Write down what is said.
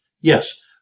Yes